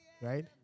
right